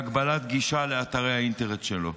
והגבלת גישה לאתרי האינטרנט שלו.